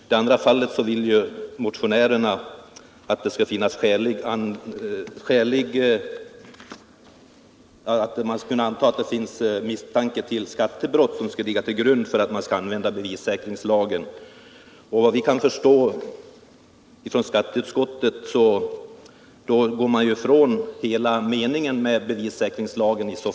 I det andra fallet vill motionärerna att det skall föreligga skälig misstanke om skattebrott för att man skall kunna tillämpa bevissäkringslagen. Vi anser i skatteutskottet att man i så fall går ifrån hela meningen med bevissäkringslagen.